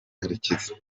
karekezi